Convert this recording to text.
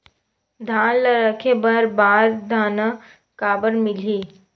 धान ल रखे बर बारदाना काबर मिलही?